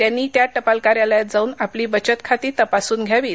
त्यांनी त्या टपाल कार्यालयात जाऊन आपली बचत खाती तपासून घ्यावीत